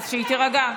אז שהיא תירגע.